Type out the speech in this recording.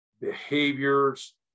behaviors